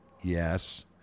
yes